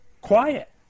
quiet